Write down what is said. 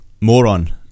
moron